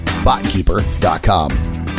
botkeeper.com